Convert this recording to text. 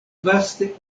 vaste